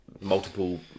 multiple